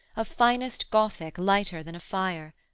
of finest gothic lighter than a fire,